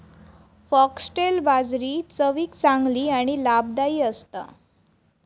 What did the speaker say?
foxtail बाजरी चवीक चांगली आणि लाभदायी असता